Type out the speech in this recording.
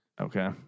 okay